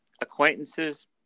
acquaintances